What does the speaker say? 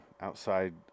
outside